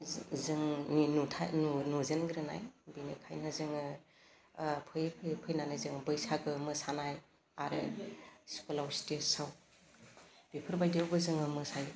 जोह जोंनि नुथा नु नुजेनग्रोनाय बिनिफ्रायनो जोङो ओह फैयै फैयै फैनानै जों बैसागो मोसानाय आरो स्कुलाव स्टेसाव बेफोरबायदियावबो जोङो मोसायो